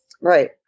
Right